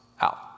out